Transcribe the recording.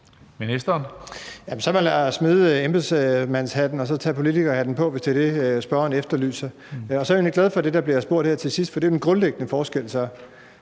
Jamen så lad mig smide embedsmandshatten og tage politikerhatten på, hvis det er det, spørgeren efterlyser. Jeg er egentlig glad for det, der bliver spurgt om her til sidst, for det er så den grundlæggende forskel,